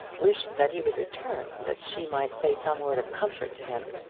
wished that he would return that she might say some word of comfort to him.